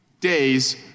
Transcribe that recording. days